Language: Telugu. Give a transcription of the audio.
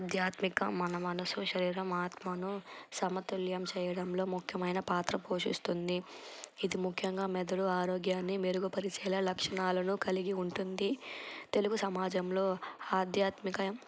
ఆధ్యాత్మిక మన మనసు శరీరం ఆత్మను సమతుల్యం చేయడంలో ముఖ్యమైన పాత్ర పోషిస్తుంది ఇది ముఖ్యంగా మెదడు ఆరోగ్యాన్ని మెరుగుపరిచేలాగ లక్షణాలను కలిగి ఉంటుంది తెలుగు సమాజంలో ఆధ్యాత్మిక